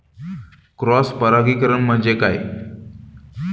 Cross परागीकरण म्हणजे काय?